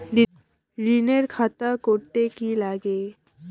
ঋণের খাতা করতে কি লাগে?